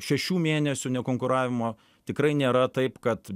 šešių mėnesių nekonkuravimo tikrai nėra taip kad